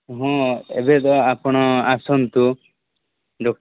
ହଁ ଏବେ ତ ଆପଣ ଆସନ୍ତୁ ଡକ୍ଟର୍